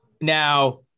Now